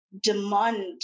demand